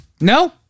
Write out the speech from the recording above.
No